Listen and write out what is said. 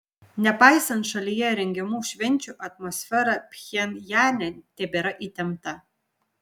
nepaisant šalyje rengiamų švenčių atmosfera pchenjane tebėra įtempta